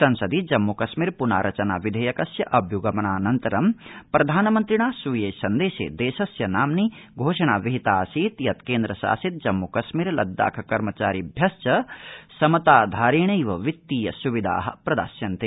संसदि जम्मू कश्मीर पुनारचना विधेयकस्य अभ्य्पगमनानन्तरं प्रधानमन्त्रिणा स्वीये सन्देशे देशस्य नाम्नि घोषणा विहितासीत् यत् केन्द्रशासित जम्मूकश्मीर लद्दाख कर्मचारिभ्यश्च समताधारेणैव वित्तीय सुविधा प्रदास्यन्ते